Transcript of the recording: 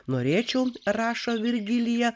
norėčiau rašo virgilija